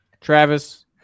travis